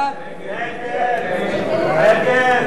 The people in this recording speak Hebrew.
ההסתייגות של קבוצת סיעת מרצ לסעיף 01,